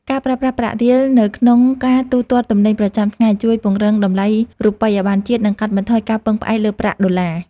ការប្រើប្រាស់ប្រាក់រៀលនៅក្នុងការទូទាត់ទំនិញប្រចាំថ្ងៃជួយពង្រឹងតម្លៃរូបិយប័ណ្ណជាតិ និងកាត់បន្ថយការពឹងផ្អែកលើប្រាក់ដុល្លារ។